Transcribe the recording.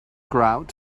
grout